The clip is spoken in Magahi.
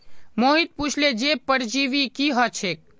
मोहित पुछले जे परजीवी की ह छेक